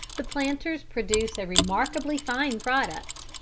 the planters produce a remarkably fine product.